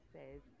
says